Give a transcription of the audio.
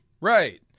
Right